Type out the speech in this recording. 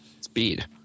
Speed